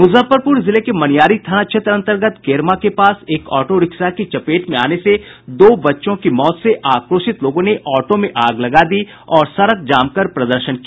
मुजफ्फरपुर जिले के मनियारी थाना क्षेत्र अंतर्गत केरमा के पास एक ऑटो रिक्शा की चपेट में आने से दो बच्चों की मौत से आकोशित लोगों ने ऑटो मे आग लगा दी और सड़क जाम कर प्रदर्शन किया